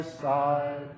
side